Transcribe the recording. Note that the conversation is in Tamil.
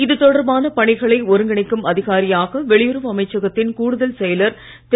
இது தொடர்பான பணிகளை ஒருங்கிணைப்பு அதிகாரியாக வெளியுறவு அமைச்சகத்தின் கூடுதல் செயலர் திரு